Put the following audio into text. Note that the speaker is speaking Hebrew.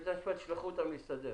בתי המשפט ישלחו אותם להסתדר.